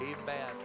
Amen